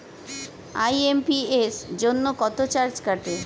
IMPS জন্য কত charge কাটে?